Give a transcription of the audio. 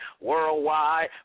worldwide